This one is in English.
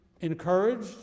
encouraged